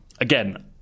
Again